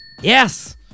Yes